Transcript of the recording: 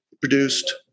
produced